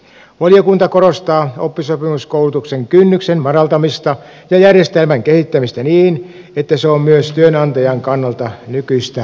valiokunta korostaa oppisopimuskoulutuksen kynnyksen madaltamista järjestelmän kehittämistä niin että se on myös työnantajan kannalta nykyistä